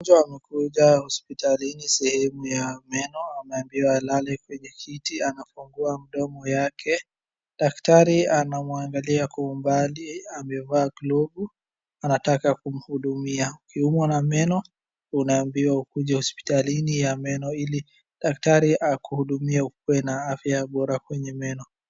Mgonjwa amekuja hospitalini sehemu ya meno. Ameambiwa alale kwenye kiti, anafungua mdomo yake. Daktari anamwangalia kwa umbali, amevaa glovu, anataka kumhudumia. Ukiumwa na meno unaambiwa ukuje hospitalini ya meno ili daktari akuhudumie ukue na afya bora kwenye meno.